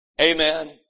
Amen